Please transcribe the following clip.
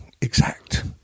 exact